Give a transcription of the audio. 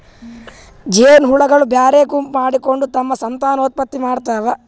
ಜೇನಹುಳಗೊಳ್ ಬ್ಯಾರೆ ಗುಂಪ್ ಮಾಡ್ಕೊಂಡ್ ತಮ್ಮ್ ಸಂತಾನೋತ್ಪತ್ತಿ ಮಾಡ್ತಾವ್